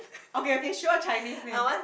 okay okay sure Chinese name